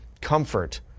comfort